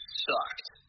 sucked